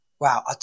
Wow